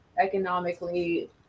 economically